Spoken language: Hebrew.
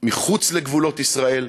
מחוץ לגבולות ישראל,